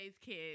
kids